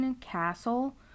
Castle